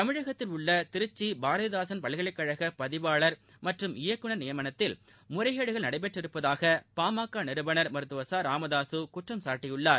தமிழகத்தில் உள்ள திருச்சி பாரதிதாசன் பல்கலைக்கழக பதிவாளர் மற்றும் இயக்குநர் நியமனத்தில் முறைகேடுகள் நடைபெற்றிருப்பதாக பாமக நிறுவனர் மருத்துவர் ச ராமதாசு குற்றம் சாட்டியுள்ளார்